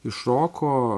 iš roko